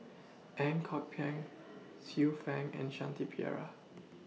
Ang Kok Peng Xiu Fang and Shanti Pereira